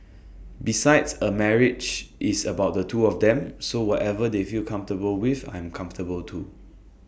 besides A marriage is about the two of them so whatever they feel comfortable with I am comfortable too